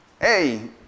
Hey